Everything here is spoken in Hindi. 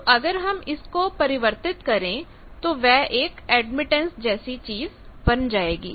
तो अगर हम इसको परिवर्तित करें तो वह एक एडमिटेंस जैसी चीज बन जाएगी